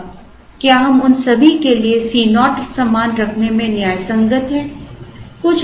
अब क्या हम उन सभी के लिए Co समान रखने में न्यायसंगत हैं